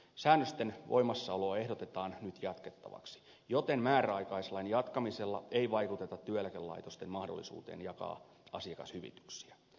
säännösten voimassaoloa ehdotetaan nyt jatkettavaksi joten määräaikaislain jatkamisella ei vaikuteta työeläkelaitosten mahdollisuuteen jakaa asiakashyvityksiä